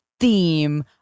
theme